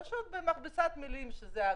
פשוט במכבסת מילים כאילו זה אגרה.